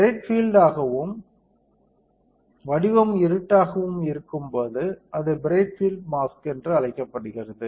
field bright ஆகவும் வடிவம் இருட்டாகவும் இருக்கும்போது அது பிரைட் பீல்ட் மாஸ்க் என்று அழைக்கப்படுகிறது